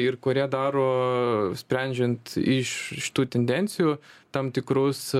ir kurie daro sprendžiant iš šitų tendencijų tam tikrus